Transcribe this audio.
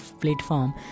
platform